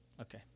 Okay